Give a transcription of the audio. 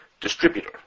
distributor